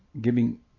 giving